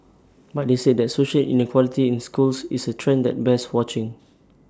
but they said that social inequality in schools is A trend that bears watching